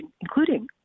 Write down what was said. including